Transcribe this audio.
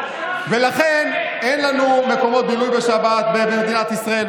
ולכן אין לנו מקומות בילוי בשבת במדינת ישראל,